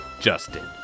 Justin